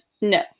No